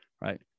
right